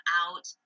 out